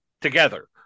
Together